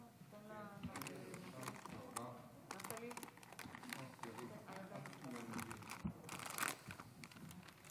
תחת הסיסמה של כביכול שוויון בנטל מביאים לכאן חוק שכל-כולו